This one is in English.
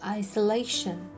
isolation 。